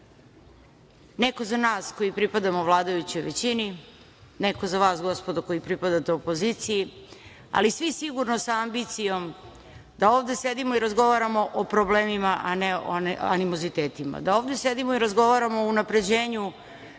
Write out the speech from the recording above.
Neko za nas koji pripadamo vladajućoj većini, neko za vas, gospodo, koji pripadate opoziciji, ali svi, sigurno, sa ambicijom da ovde sedimo i razgovaramo o problemima, a ne o animozitetima, da ovde sedimo i razgovaramo o unapređenju